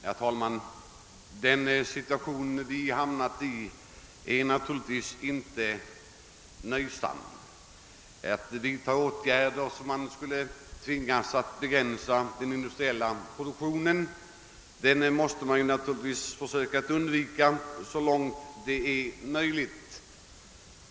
Herr talman! Den situation vi hamnat i är naturligtvis inte nöjsam. Åtgärder som medför en begränsning av den industriella produktionen måste så långt det är möjligt undvikas.